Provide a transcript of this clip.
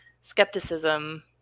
skepticism